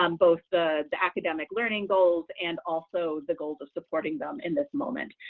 um both ah the academic learning goals and also the goals of supporting them in this moment,